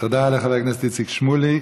תודה לחבר הכנסת איציק שמולי.